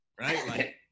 right